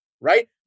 right